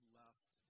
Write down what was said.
left